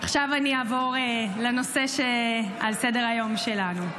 עכשיו אני אעבור לנושא שעל סדר-היום שלנו.